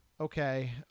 Okay